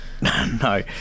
No